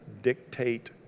dictate